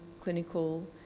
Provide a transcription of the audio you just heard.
clinical